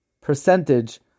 percentage